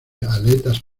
aletas